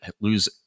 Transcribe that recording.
lose